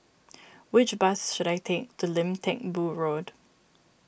which bus should I take to Lim Teck Boo Road